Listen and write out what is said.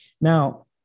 Now